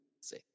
see